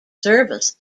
service